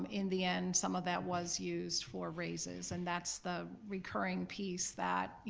um in the end, some of that was used for raises and that's the recurring piece that,